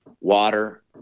water